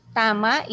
tama